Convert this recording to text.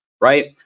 right